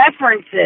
references